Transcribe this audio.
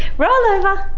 roll over,